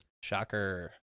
Shocker